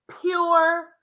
pure